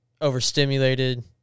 overstimulated